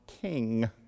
king